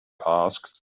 asked